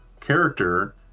character